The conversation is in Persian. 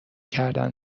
کردن